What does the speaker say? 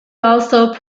also